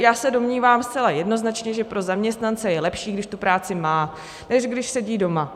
Já se domnívám zcela jednoznačně, že pro zaměstnance je lepší, když tu práci má, než když sedí doma.